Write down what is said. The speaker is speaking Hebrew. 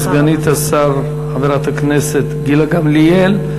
תודה לסגנית השר, חברת הכנסת גילה גמליאל.